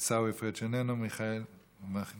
עיסאווי פריג' איננו, מיכאל מלכיאלי,